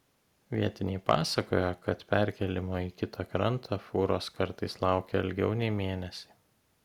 vietiniai pasakoja kad perkėlimo į kitą krantą fūros kartais laukia ilgiau nei mėnesį